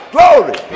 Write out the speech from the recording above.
Glory